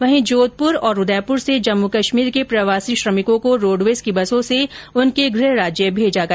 वहीं जोधपुर और उदयपुर से जम्मू कश्मीर के प्रवासी श्रमिकों को रोडवेज की बसों से उनके गृह राज्य भेजा गया